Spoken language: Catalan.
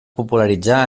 popularitzar